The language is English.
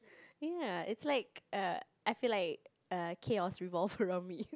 ya it's like err I feel like chaos revolves around me